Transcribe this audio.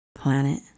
planet